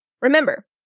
Remember